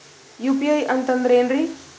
UPI ಅಂತಂದ್ರೆ ಏನ್ರೀ?